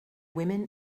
women